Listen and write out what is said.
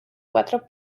cuatro